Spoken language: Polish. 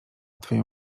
twoją